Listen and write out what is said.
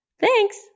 Thanks